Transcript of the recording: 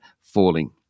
falling